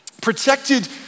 protected